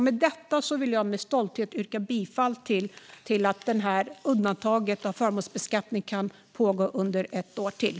Med detta vill jag med stolthet yrka bifall till förslaget att detta undantag av förmånsbeskattningen kan pågå under ett år till.